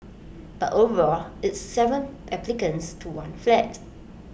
but overall it's Seven applicants to one flat